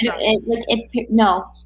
No